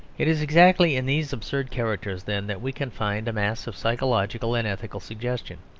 it is exactly in these absurd characters, then, that we can find a mass of psychological and ethical suggestion.